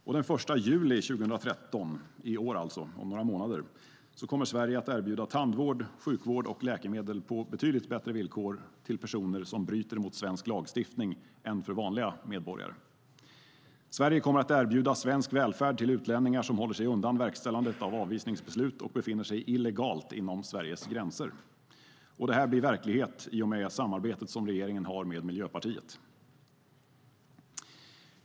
Från den 1 juli 2013, alltså i år, om några månader, kommer Sverige att erbjuda tandvård, sjukvård och läkemedel på betydligt bättre villkor till personer som bryter mot svensk lagstiftning än till vanliga medborgare. Sverige kommer att erbjuda svensk välfärd till utlänningar som håller sig undan verkställande av avvisningsbeslut och som befinner sig illegalt inom Sveriges gränser. Detta blir verklighet i och med samarbetet som regeringen har med Miljöpartiet.